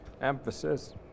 Emphasis